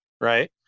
Right